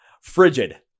Frigid